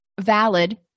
valid